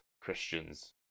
Christians